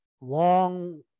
long